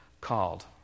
called